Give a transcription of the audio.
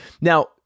Now